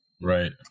right